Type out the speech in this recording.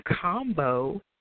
combo